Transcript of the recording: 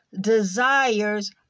desires